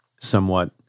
somewhat